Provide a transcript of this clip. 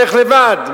לך לבד,